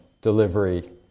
delivery